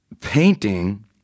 painting